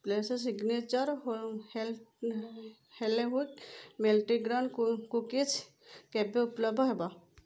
ପ୍ଲେସୋ signature ହେଲ୍ ହେଲେ ହୁଟ୍ ମଲ୍ଟିଗ୍ରେନ୍ କୁକିଜ୍ କେବେ ଉପଲବ୍ଧ ହେବ